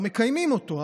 לא מקיימים אותו,